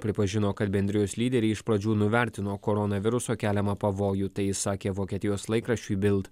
pripažino kad bendrijos lyderiai iš pradžių nuvertino koronaviruso keliamą pavojų tai sakė vokietijos laikraščiui bild